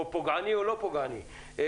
פוגעני או לא פוגעני.